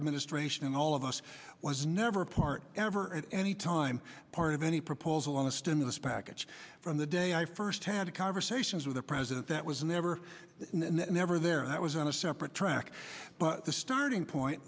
administration and all of us was never part ever at any time part of any proposal on the stimulus package from the day i first had conversations with the president that was never never there that was on a separate track but the starting point